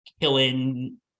killing